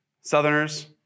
Southerners